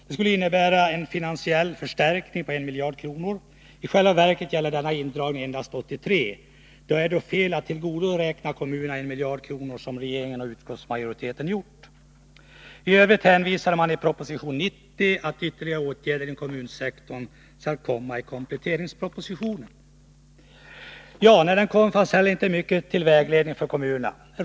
Det skulle innebära en finansiell förstärkning på 1 miljard kronor. I själva verket gällde denna indragning endast 1983. Det är då fel att tillgodorakna kommunerna 1 miljard kronor, som regeringen och utskottsmajoriteten gjort. I övrigt hänvisade man i proposition 90 till att ytterligare åtgärder inom kommunsektorn skall komma i kompletteringspropositionen. Ja, när den kom fanns heller inte mycket till vägledning för kommunerna.